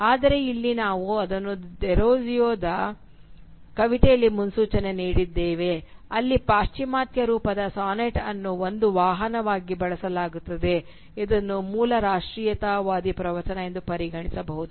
ಆದರೆ ಇಲ್ಲಿ ನಾವು ಅದನ್ನು ಡೆರೋಜಿಯೊದ ಕವಿತೆಯಲ್ಲಿ ಮುನ್ಸೂಚನೆ ನೀಡಿದ್ದೇವೆ ಅಲ್ಲಿ ಪಾಶ್ಚಿಮಾತ್ಯ ರೂಪದ ಸಾನೆಟ್ ಅನ್ನು ಒಂದು ವಾಹನವಾಗಿ ಬಳಸಲಾಗುತ್ತದೆ ಇದನ್ನು ಮೂಲ ರಾಷ್ಟ್ರೀಯತಾವಾದಿ ಪ್ರವಚನ ಎಂದು ಪರಿಗಣಿಸಬಹುದು